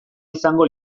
izango